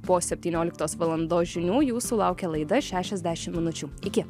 po septynioliktos valandos žinių jūsų laukia laida šešiasdešim minučių iki